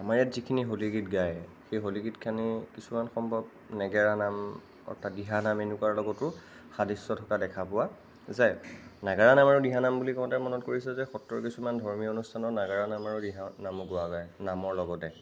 আমাৰ ইয়াত যিখিনি হ'লী গীত গায় সেই হ'লী গীতখিনি কিছুমান সম্ভৱ নেগাৰা নাম অৰ্থাৎ দিহা নাম এনেকুৱাৰ লগতো সাদৃশ্য থকা দেখা পোৱা যায় নাগাৰা নাম আৰু দিহানাম বুলি কওঁতে মনত কৰিছোঁ যে সত্ৰৰ কিছুমান ধৰ্মীয় অনুষ্ঠানত নাগাৰা নাম আৰু দিহানামো গোৱা গায় নামৰ লগতে